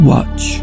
Watch